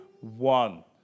one